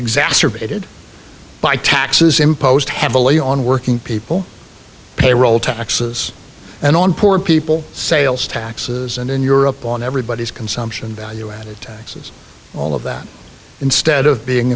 exacerbated by taxes imposed heavily on working people payroll taxes and on poor people sales taxes and in europe on everybody's consumption value added tax is all of that instead of being